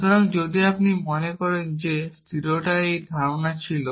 সুতরাং যদি আপনি মনে করেন যে আমাদের স্থিরতার এই ধারণা ছিল